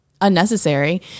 unnecessary